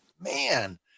man